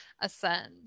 ascend